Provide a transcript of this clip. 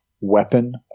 weapon